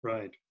Right